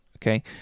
Okay